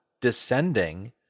descending